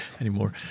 anymore